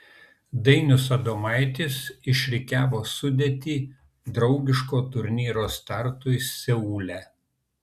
dainius adomaitis išrikiavo sudėtį draugiško turnyro startui seule